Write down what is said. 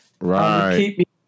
Right